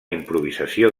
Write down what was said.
improvisació